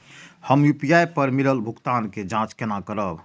हम यू.पी.आई पर मिलल भुगतान के जाँच केना करब?